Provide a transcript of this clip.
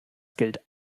gilt